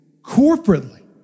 corporately